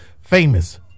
famous